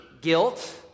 guilt